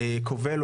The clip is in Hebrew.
כובל,